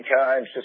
times